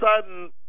sudden